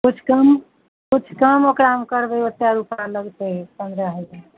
किछु कम किछु कम ओकरामे करबै ओतेक रूपा लगतै पन्द्रह हजार